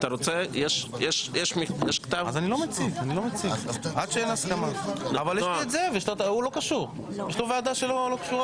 אז אני אציג את הפן הפורמלי, ואחר כך מיכאל